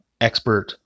expert